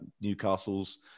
Newcastle's